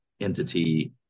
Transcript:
entity